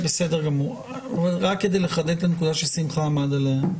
רק כדי לחדד את הנקודה ששמחה עמד עליה: